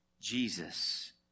Jesus